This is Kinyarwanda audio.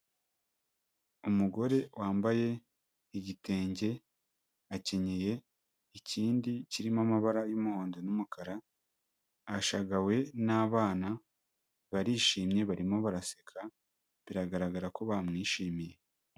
Umugore wambaye igitenge, akenyeye ikindi kirimo amabara y'umuhondo n'umukara, ashagawe n'abana, barishimye barimo baraseka, biragaragara ko bamwishimiye.